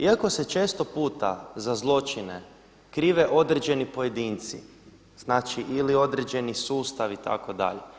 Iako se često puta za zločine krive određeni pojedinci, znači ili određeni sustavi itd.